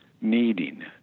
Needing